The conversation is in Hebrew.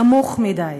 נמוך מדי.